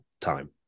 time